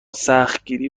سختگیری